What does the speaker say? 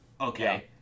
Okay